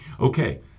Okay